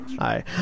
Hi